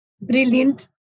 brilliant